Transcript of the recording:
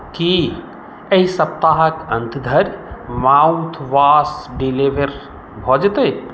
की एहि सप्ताहक अन्त धरि माउथवाश डिलीवर भऽ जेतैक